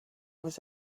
was